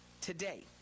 today